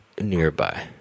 Nearby